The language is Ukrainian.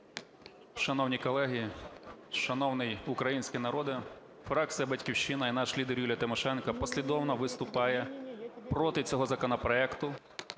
Шановні колеги, шановний український народе! Фракція "Батьківщина" і наш лідер Юлія Тимошенко послідовно виступає проти цього законопроекту